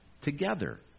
together